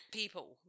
people